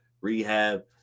rehab